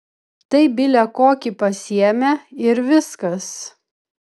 tai bile kokį pasiėmė ir viskas